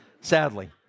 sadly